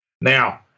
Now